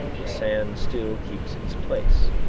the sand still keeps its place.